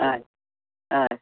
हय हय